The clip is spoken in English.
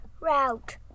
Route